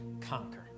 conquer